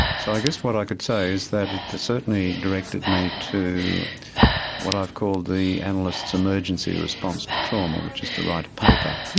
so i guess what i could say is that it certainly directed me to what i've called the analyst's emergency response to trauma, which is to write a paper.